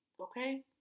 Okay